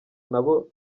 nabo